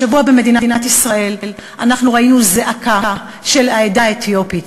השבוע אנחנו ראינו במדינת ישראל זעקה של העדה האתיופית.